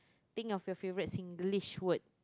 think of your favorite Singlish word